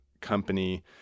company